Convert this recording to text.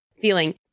feeling